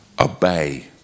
Obey